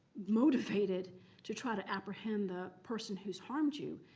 motivated to try to apprehend the person who's harmed you.